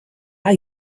are